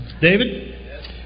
David